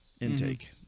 intake